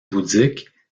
bouddhique